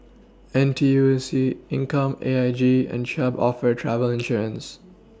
N T U C income A I G and CHubb offer travel insurance